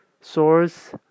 source